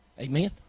Amen